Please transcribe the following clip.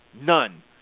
none